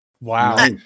Wow